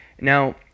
Now